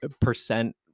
percent